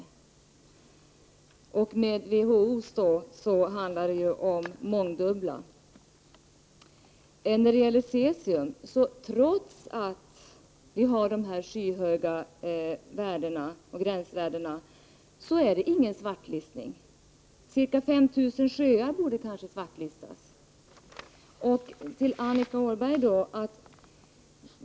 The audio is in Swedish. Utgår man från WHO:s krav skulle antalet mångdubblas. Sedan till cesium. Trots att vi har skyhöga gränsvärden förekommer ingen svartlistning. Ca 5 000 sjöar behöver kanske svartlistas. Till Annika Åhnberg vill jag säga följande.